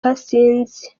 ryari